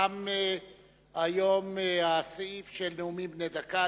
תם הסעיף של נאומים בני דקה.